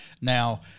Now